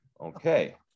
Okay